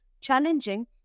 challenging